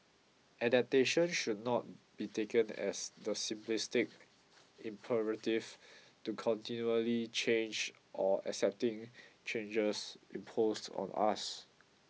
adaptation should not be taken as the simplistic imperative to continually change or accepting changes imposed on us